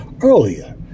earlier